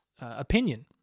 opinion